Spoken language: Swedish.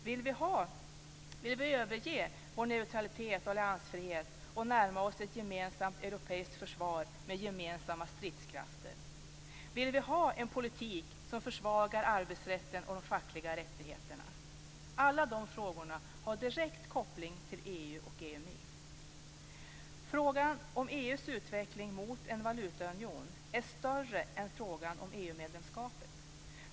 Vill vi överge vår neutralitet och alliansfrihet och närma oss ett gemensamt europeiskt försvar med gemensamma stridskrafter? - Vill vi ha en politik som försvagar arbetsrätten och de fackliga rättigheterna? Alla de frågorna har direkt koppling till EU och Frågan om EU:s utveckling mot en valutaunion är större än frågan om EU-medlemskapet.